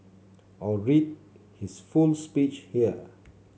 or read his full speech here